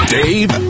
dave